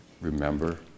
Remember